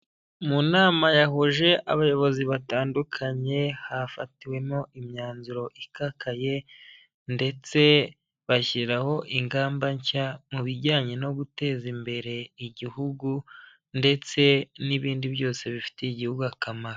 Mu nama yahuje abayobozi batandukanye, hafatiwemo imyanzuro ikakaye ndetse bashyiraho ingamba nshya mu bijyanye no guteza imbere igihugu ndetse n'ibindi byose bifitiye igihugu akamaro.